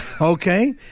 Okay